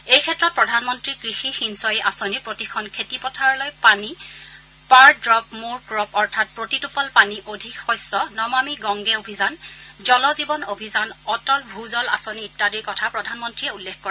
এই ক্ষেত্ৰত প্ৰধানমন্ত্ৰী কৃষি সিঞ্চয়ী আঁচনি প্ৰতিখন খেতিপথাৰলৈ পানী পাৰ ড্ৰ'প মোৰ ক্ৰ'প অৰ্থাৎ প্ৰতিটোপাল পানী অধিক শস্য নমামী গংগে অভিযান জল জীৱন অভিযান অটল ভূজল আঁচনি ইত্যাদিৰ কথা প্ৰধানমন্ৰীয়ে উল্লেখ কৰে